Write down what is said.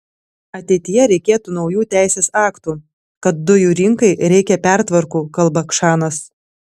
ateityje reikėtų naujų teisės aktų kad dujų rinkai reikia pertvarkų kalba kšanas